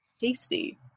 tasty